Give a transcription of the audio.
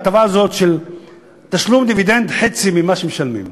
ההטבה הזאת של תשלום דיבידנד חצי ממה שמשלמים,